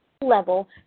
level